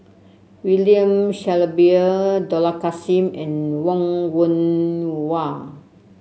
William Shellabear Dollah Kassim and Wong Yoon Wah